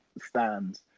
stands